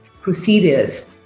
procedures